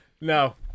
No